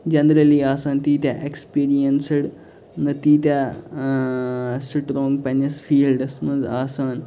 generally آسان تیٖتیاہ experienced نَہ تیٖتیاہ ٲں سٹرانٛگ پَننِس فیٖلڈَس منٛز آسان